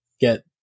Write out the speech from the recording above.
get